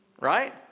right